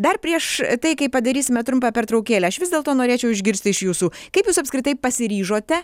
dar prieš tai kai padarysime trumpą pertraukėlę aš vis dėlto norėčiau išgirsti iš jūsų kaip jūs apskritai pasiryžote